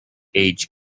age